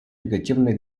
негативные